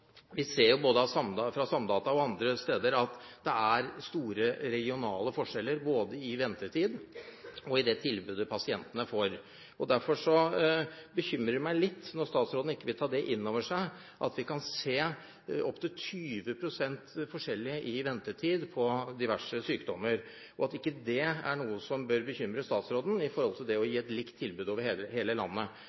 Vi ser jo i tall fra både Samdata og andre steder at det er store regionale forskjeller både i ventetid og i det tilbudet pasientene får. Derfor bekymrer det meg litt når statsråden ikke vil ta innover seg at vi kan se opptil 20 pst. forskjell i ventetid når det gjelder diverse sykdommer. Er ikke det noe som bør bekymre statsråden med tanke på å skulle gi et likt tilbud over hele landet?